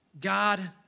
God